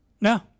No